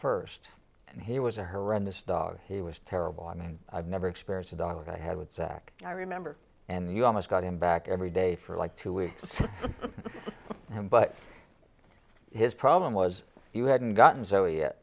first and he was a horrendous dog he was terrible i mean i've never experienced a dog i had sac i remember and you almost got him back every day for like two weeks but his problem was you hadn't gotten zoe yet